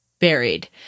buried